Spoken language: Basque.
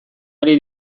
ari